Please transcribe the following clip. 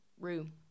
room